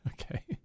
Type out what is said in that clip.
Okay